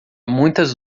muitas